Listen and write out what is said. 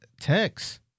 text